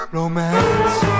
romance